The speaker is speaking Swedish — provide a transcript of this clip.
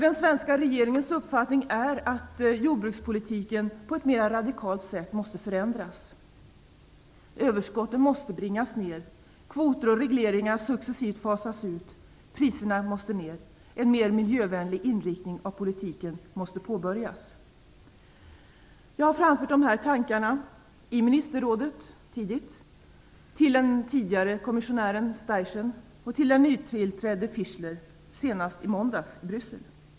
Den svenska regeringens uppfattning är att jordbrukspolitiken på ett mera radikalt sätt måste förändras. Överskotten måste bringas ner, kvoter och regleringar successivt fasas ut. Priserna måste ner. En mer miljövänlig inriktning av politiken måste påbörjas. Jag har framfört de här tankarna i ministerrådet till den tidigare kommissionären Steichen och den nytillträdde Fischler, senast i måndags i Bryssel.